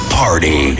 party